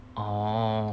orh